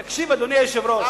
תקשיב, אדוני היושב-ראש.